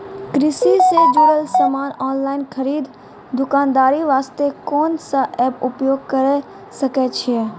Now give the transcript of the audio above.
कृषि से जुड़ल समान ऑनलाइन खरीद दुकानदारी वास्ते कोंन सब एप्प उपयोग करें सकय छियै?